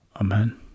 Amen